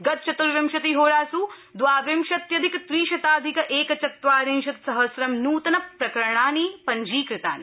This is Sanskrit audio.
गतचतुर्विंशति होरास् द्वाविंशत्यधिक त्रिशताधिक एकचत्चारिशत् सहस्र नूतनप्रकरणानि पब्जीकृतानि